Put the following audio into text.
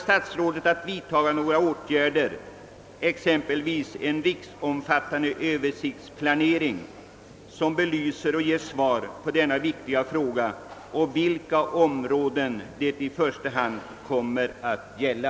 Anser statsrådet att samhället och skogsindustrin har råd att undvara dessa virkesproducerande områden i framtiden? Kommer statsrådet att vidtaga några åtgärder, exempelvis en riksomfattande översiktsplanering, som belyser och ger svar på denna viktiga fråga och vilka områden det i första hand kommer att gälla?